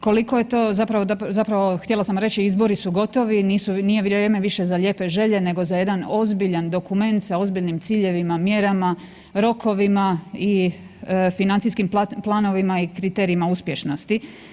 Koliko je to zapravo, zapravo htjela sam reći, izbori su gotovi, nije vrijeme više za lijepe želje nego za jedan ozbiljan dokument sa ozbiljnim ciljevima, mjerama, rokovima i financijskim planovima i kriterijima uspješnosti.